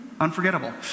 Unforgettable